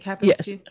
Yes